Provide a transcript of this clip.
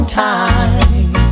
time